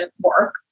work